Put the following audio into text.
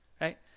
right